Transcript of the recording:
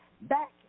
back